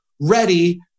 ready